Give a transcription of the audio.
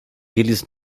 eles